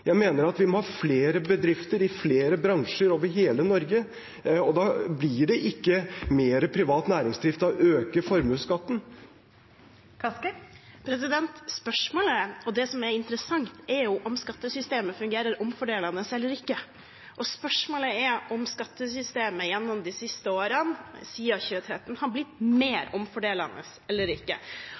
Jeg mener at vi må ha flere bedrifter i flere bransjer over hele Norge, og da blir det ikke mer privat næringsdrift av å øke formuesskatten. Kari Elisabeth Kaski – til oppfølgingsspørsmål. Spørsmålet, og det som er interessant, er jo om skattesystemet fungerer omfordelende eller ikke. Og spørsmålet er om skattesystemet gjennom de siste årene, siden 2013, har blitt mer omfordelende eller